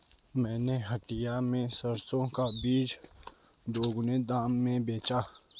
मैंने हटिया में सरसों का बीज दोगुने दाम में बेचा है